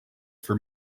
for